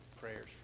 prayers